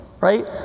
right